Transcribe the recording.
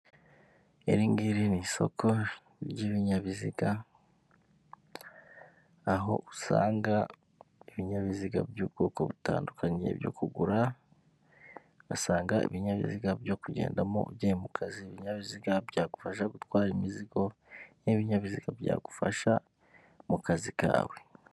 Iri ngiri ni isoko ry'ibinyabiziga, aho usanga ibinyabiziga by'ubwoko butandukanye byo kugura, uhasanga ibinyabiziga byo kugendamo ugiye mu kazi, ibinyabiziga byagufasha gutwara imizigo, n'ibinyabiziga byagufasha mu kazi kawe.